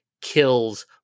kills